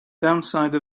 downside